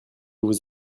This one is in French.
vous